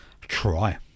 try